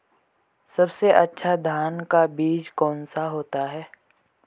सबसे अच्छा धान का बीज कौन सा होता है?